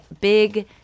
big